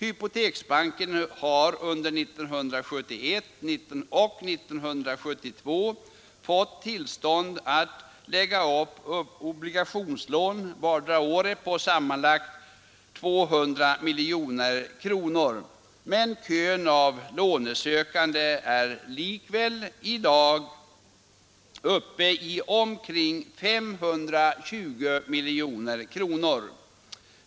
Hypoteksbanken har under 1971 och 1972 fått tillstånd att lägga upp obligationslån på 200 miljoner kronor för vart och ett av dessa år, men kön av låneansökningar är likväl i dag uppe i omkring 520 miljoner kronor.